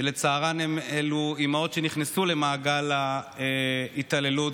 שלצערן הן אימהות שנכנסו למעגל ההתעללות,